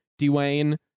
Dwayne